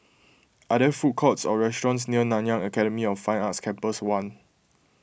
are there food courts or restaurants near Nanyang Academy of Fine Arts Campus one